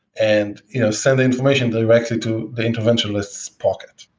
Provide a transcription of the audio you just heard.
and you know send the information directly to the interventionalist's pocket?